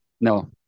no